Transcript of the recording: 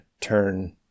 turn